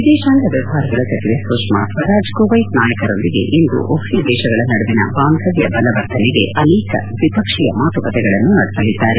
ವಿದೇಶಾಂಗ ವ್ಯವಹಾರಗಳ ಸಚಿವೆ ಸುಷ್ಮಾ ಸ್ವರಾಜ್ ಕುವೈತ್ ನಾಯಕರೊಂದಿಗೆ ಇಂದು ಉಭಯ ದೇಶಗಳ ನಡುವಿನ ಬಾಂಧವ್ಯ ಬಲವರ್ಧನೆಗೆ ಅನೇಕ ದ್ವಿಪಕ್ಷೀಯ ಮಾತುಕತೆ ನಡೆಲಿದ್ದಾರೆ